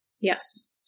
Yes